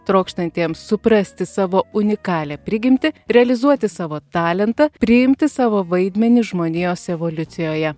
trokštantiems suprasti savo unikalią prigimtį realizuoti savo talentą priimti savo vaidmenį žmonijos evoliucijoje